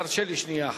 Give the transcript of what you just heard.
תרשה לי שנייה אחת.